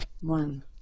One